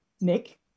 Nick